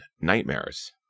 nightmares